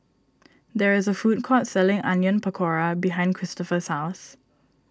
there is a food court selling Onion Pakora behind Kristofer's house